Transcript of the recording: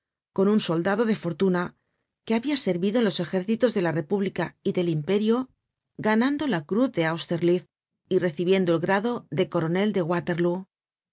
con un soldado de fortuna que habia servido en los ejércitos de la república y del imperio content from google book search generated at ganando la cruz en austerlitz y recibiendo el grado de coronel en waterlóo